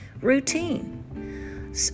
routine